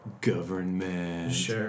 government